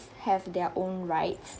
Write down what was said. have their own rights